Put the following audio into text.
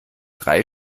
drei